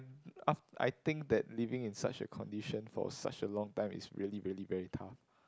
af~ I think that living in such a condition for such a long time is really really very tough